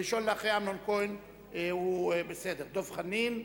הראשון אחרי אמנון כהן הוא דב חנין,